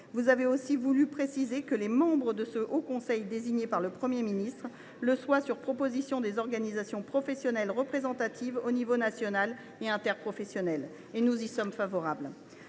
Vous avez aussi voulu préciser que les membres de ce haut conseil désignés par le Premier ministre le soient sur proposition des organisations professionnelles représentatives, au niveau national et interprofessionnel. Nous y sommes favorables.